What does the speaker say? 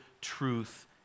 truth